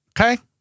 Okay